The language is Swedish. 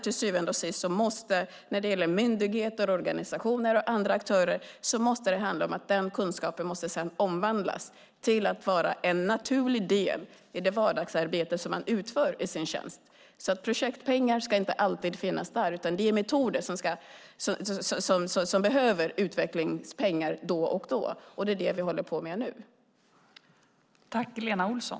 Till syvende och sist måste det dock när det gäller myndigheter, organisationer och andra aktörer handla om att den kunskapen sedan omvandlas till att vara en naturlig del i det vardagsarbete som man utför inom sin tjänst. Projektpengar ska inte alltid finnas där utan det är metoderna som då och då behöver utvecklingspengar, och det är det vi nu håller på att arbeta med.